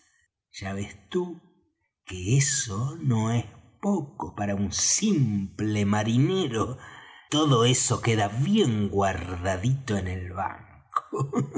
ya ves tú que eso no es poco para un simple marinero y todo eso bien guardadito en el banco